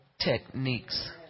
techniques